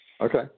Okay